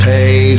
Pay